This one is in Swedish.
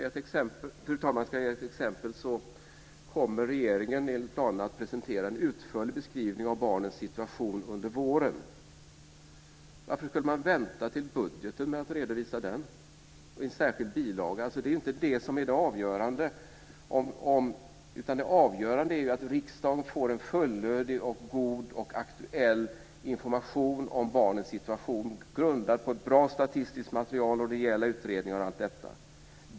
Fru talman! För att ge ett exempel kan jag säga att regeringen under våren enligt planerna kommer att presentera en utförlig beskrivning av barnens situation. Varför vänta till budgeten med att redovisa den - och i en särskild bilaga? Det är inte det som är det avgörande, utan det avgörande är att riksdagen får en fullödig, god och aktuell information om barnens situation, grundad på ett bra statistiskt material vad gäller utredningar och dylikt.